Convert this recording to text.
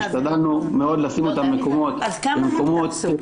השתדלנו מאוד לשים אותם במקומות --- סטריליים,